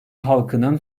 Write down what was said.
halkının